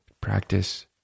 Practice